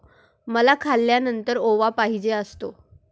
मला खाल्यानंतर ओवा पाहिजे असतो